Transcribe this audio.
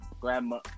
grandma